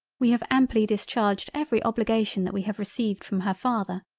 we have amply discharged every obligation that we have received from her father.